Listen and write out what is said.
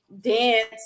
dance